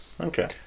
Okay